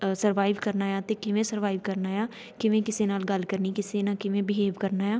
survive ਕਰਨਾ ਹੈ ਅਤੇ ਕਿਵੇਂ ਸਰਵਾਈਵ ਕਰਨਾ ਆ ਕਿਵੇਂ ਕਿਸੇ ਨਾਲ ਗੱਲ ਕਰਨੀ ਕਿਸੇ ਨਾਲ ਕਿਵੇਂ ਬਿਹੇਵ ਕਰਨਾ ਆ